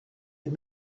had